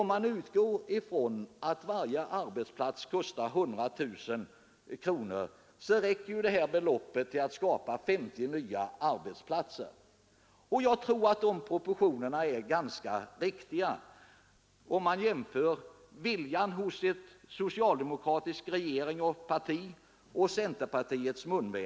Om man utgår från att varje arbetsplats kostar 100 000 kronor, räcker detta belopp för att skapa 50 nya arbetsplatser. Jag tror att dessa proportioner är ganska viktiga vid en jämförelse mellan å ena sidan viljan hos en socialdemokratisk regering och ett socialdemokratiskt parti och å andra sidan centerpartiets munväder.